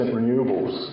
renewables